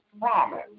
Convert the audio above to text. promise